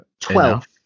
Twelve